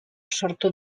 sortu